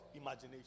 imagination